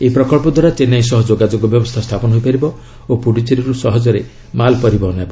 ଏହି ପ୍ରକଳ୍ପ ଦ୍ୱାରା ଚେନ୍ନାଇ ସହ ଯୋଗାଯୋଗ ବ୍ୟବସ୍ଥା ସ୍ଥାପନ ହୋଇପାରିବ ଓ ପୁଡୁଚେରୀରୁ ସହଜରେ ମାଲ୍ ପରିବହନ ହେବ